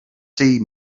see